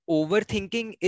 overthinking